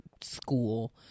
school